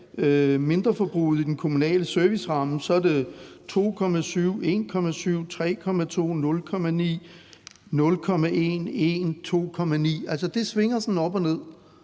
mindreforbruget i den kommunale serviceramme, er det procentvis på 2,7, 1,7, 3,2, 0,9, 0,1, 1,0, 2,9. Det svinger sådan op og ned.